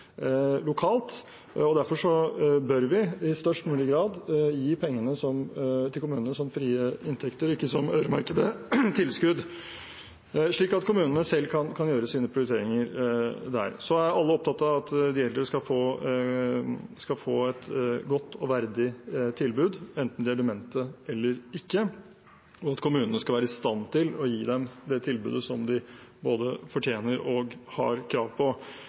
lokalt. Derfor bør vi i størst mulig grad gi pengene til kommunene som frie inntekter og ikke som øremerkede tilskudd, slik at kommunene selv kan gjøre sine prioriteringer. Alle er opptatt av at de eldre skal få et godt og verdig tilbud enten de er demente eller ikke, og at kommunene skal være i stand til å gi dem det tilbudet de både fortjener og har krav på.